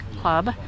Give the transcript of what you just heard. Club